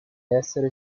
essere